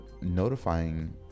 notifying